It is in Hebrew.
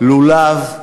לולב,